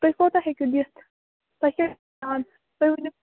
تُہۍ کوٗتاہ ہیٚکِو دِتھ تۄہہِ کیٛاہ تُہۍ ؤنِو